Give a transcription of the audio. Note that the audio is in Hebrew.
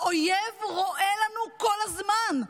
האויב רואה לנו כל הזמן.